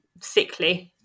sickly